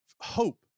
hope